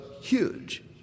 huge